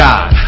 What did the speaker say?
God